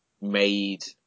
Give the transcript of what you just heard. made